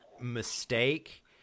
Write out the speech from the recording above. mistake